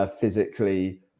Physically